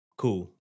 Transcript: cool